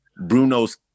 Bruno's